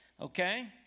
okay